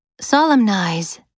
Solemnize